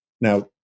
Now